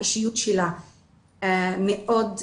האישיות שלה המאוד ייחודיים.